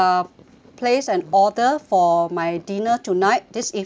place an order for my dinner tonight this evening